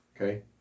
Okay